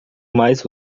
mais